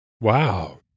Wow